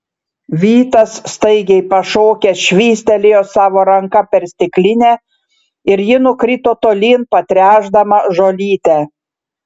vytas staigiai pašokęs švystelėjo savo ranka per stiklinę ir ji nukrito tolyn patręšdama žolytę